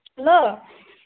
hello